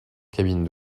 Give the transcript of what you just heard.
cabine